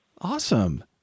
Awesome